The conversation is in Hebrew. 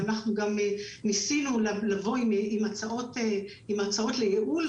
ואנחנו גם ניסינו לבוא עם הצעות לייעול,